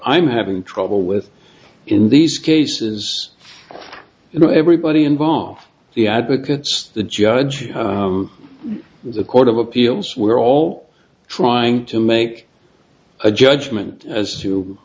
i'm having trouble with in these cases you know everybody involved the advocates the judge the court of appeals we're all trying to make a judgment as to